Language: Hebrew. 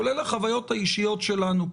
כולל החוויות האישיות שלנו,